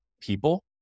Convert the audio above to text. people